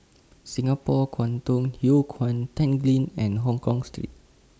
Singapore Kwangtung Hui Kuan Tanglin and Hongkong Street